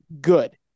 good